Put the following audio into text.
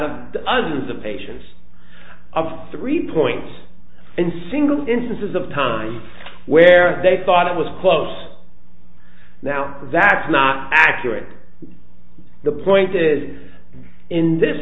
of the others a patients of three points and single instances of time where they thought it was close now that's not accurate the point is in this